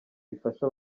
bifasha